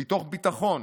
"מתוך ביטחון